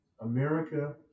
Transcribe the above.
America